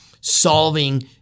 solving